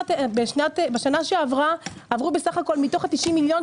בשנה שעברה עברו בסך הכול מתוך ה-90 מיליון,